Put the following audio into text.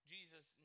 Jesus